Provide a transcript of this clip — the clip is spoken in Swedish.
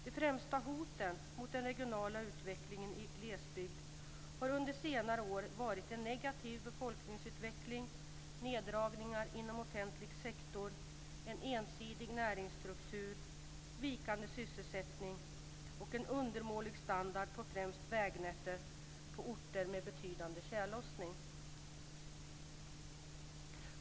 De främsta hoten mot den regionala utvecklingen i glesbygd har under senare år varit en negativ befolkningsutveckling, neddragningar inom offentlig sektor, en ensidig näringsstruktur, vikande sysselsättning och en undermålig standard på främst vägnätet på orter med betydande tjällossning.